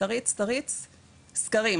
סקרים